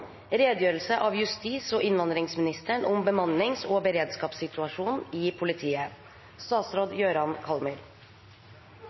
om bemannings- og beredskapssituasjonen i politiet,